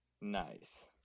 Nice